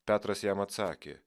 petras jam atsakė